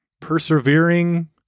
persevering